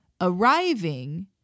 Arriving